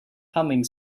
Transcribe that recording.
humming